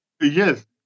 Yes